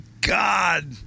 God